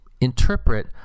interpret